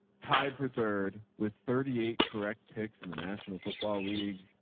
tied for third with thirty eight, correct? pics in the national football league.